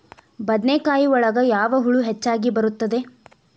ಬದನೆಕಾಯಿ ಒಳಗೆ ಯಾವ ಹುಳ ಹೆಚ್ಚಾಗಿ ಬರುತ್ತದೆ?